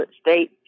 state